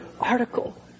article